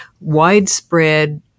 widespread